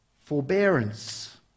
forbearance